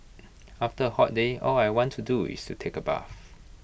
after A hot day all I want to do is to take A bath